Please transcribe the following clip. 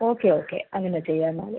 okay okay അങ്ങനെ ചെയ്യാം എന്നാൽ